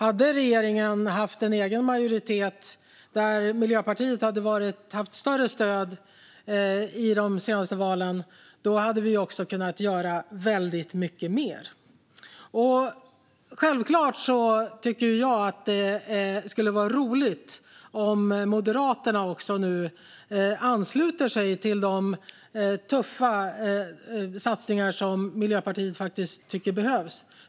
Om regeringen hade haft en egen majoritet, och om Miljöpartiet hade haft större stöd i de senaste valen, hade vi kunnat göra väldigt mycket mer. Självklart tycker jag att det skulle vara roligt om Moderaterna nu ansluter sig till de tuffa satsningar som Miljöpartiet tycker behövs.